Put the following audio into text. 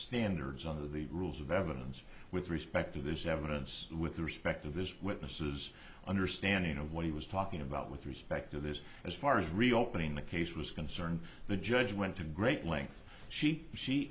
standards of the rules of evidence with respect to this evidence with the respect of his witnesses understanding of what he was talking about with respect to this as far as reopening the case was concerned the judge went to great length she she